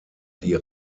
die